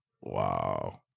Wow